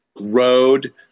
Road